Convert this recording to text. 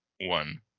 one